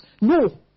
No